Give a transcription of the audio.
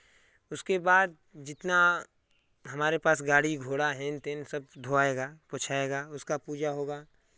उसके बाद जितना हमारे पास गाड़ी घोड़ा हेन टेन सब धोआएगा पोछाएगा उसका पूजा होगा